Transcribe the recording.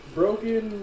broken